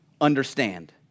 understand